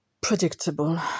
predictable